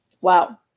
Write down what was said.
wow